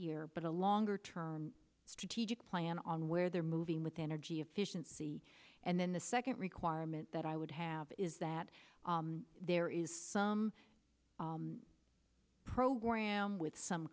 year but a longer term strategic plan on where they're moving with energy efficiency and then the second requirement that i would have is that there is some program with some